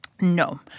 No